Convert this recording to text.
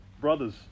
brothers